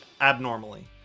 abnormally